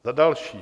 Za další.